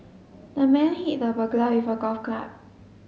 the man hit the burglar with a golf club